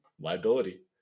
Liability